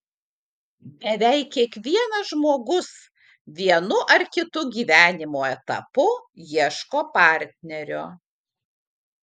beveik kiekvienas žmogus vienu ar kitu gyvenimo etapu ieško partnerio